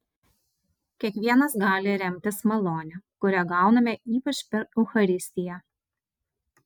kiekvienas gali remtis malone kurią gauname ypač per eucharistiją